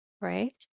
right